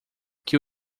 que